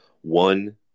One